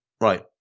Right